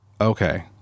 okay